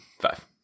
Five